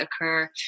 occur